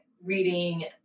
reading